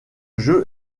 jeu